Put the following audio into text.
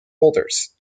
holders